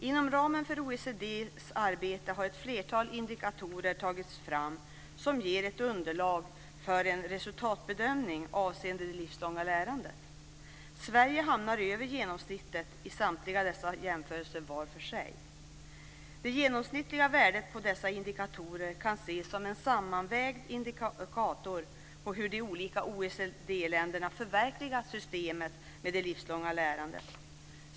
Inom ramen för OECD:s arbete har ett flertal indikatorer tagits fram som ger ett underlag för en resultatbedömning avseende det livslånga lärandet. Sverige hamnar över genomsnittet i samtliga dessa jämförelser var för sig. Det genomsnittliga värdet på dessa indikatorer kan ses som en sammanvägd indikator på hur de olika OECD-länderna förverkligat principen om det livslånga lärandet.